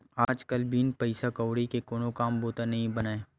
आज कल बिन पइसा कउड़ी के कोनो काम बूता नइ बनय